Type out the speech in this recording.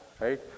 right